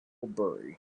bury